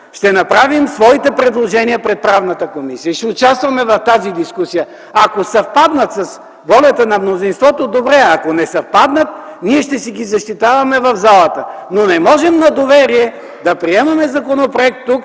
Ще направим своите предложения пред Комисията по правни въпроси, ще участваме в тази дискусия. Ако съвпаднат с волята на мнозинството – добре, ако не съвпаднат – ние ще си ги защитаваме в залата, но не можем на доверие да приемаме законопроект тук,